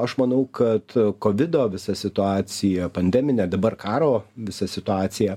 aš manau kad kovido visa situacija pandeminė dabar karo visa situacija